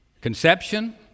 Conception